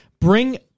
bring